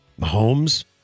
Mahomes